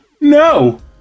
No